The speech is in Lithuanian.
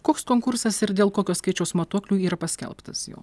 koks konkursas ir dėl kokio skaičiaus matuoklių yra paskelbtas jau